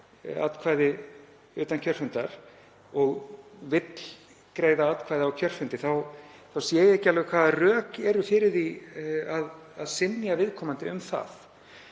atkvæði utan kjörfundar og vill greiða atkvæði á kjörfundi þá sé ég ekki alveg hvaða rök eru fyrir því að synja viðkomandi um það.